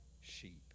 sheep